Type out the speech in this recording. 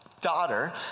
daughter